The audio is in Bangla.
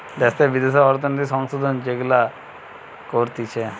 দ্যাশে বিদ্যাশে অর্থনৈতিক সংশোধন যেগুলা করতিছে